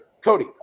Cody